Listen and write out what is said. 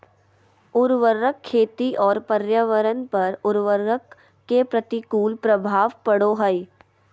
उर्वरक खेती और पर्यावरण पर उर्वरक के प्रतिकूल प्रभाव पड़ो हइ